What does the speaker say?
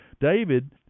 david